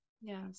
yes